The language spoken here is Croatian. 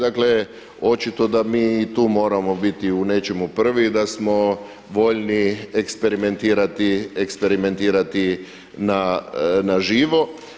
Dakle očito da mi i tu moramo biti u nečemu prvi, da smo voljni eksperimentirati na živo.